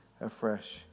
afresh